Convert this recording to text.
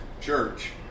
church